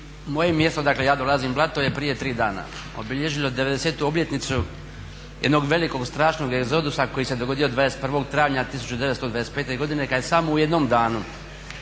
Moje mjesto, dakle ja dolazim, Blato je prije tri dana obilježilo 90.-tu obljetnicu jednog velikog strašnog egzodusa koji se dogodio 21. travnja 1925. godine kada je samo u jednom danu